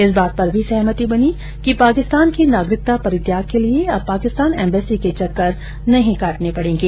इस बात पर भी सहमति बनी कि पाकिस्तान की नागिरकता परित्याग के लिए अब पाकिस्तान एम्बेसी के चक्कर नहीं काटने पड़ेंगे